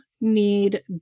need